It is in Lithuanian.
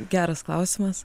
geras klausimas